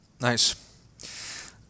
Nice